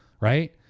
right